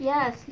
Yes